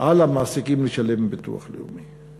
על המעסיקים לשלם ביטוח לאומי.